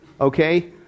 okay